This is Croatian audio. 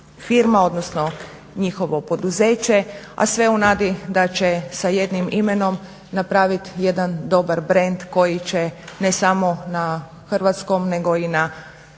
odnosno njihovo poduzeće, a sve u nadi da će sa jednim imenom napravit jedan dobar brend koji će ne samo na hrvatskom, nego i na i ne samo